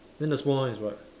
then the smaller one is what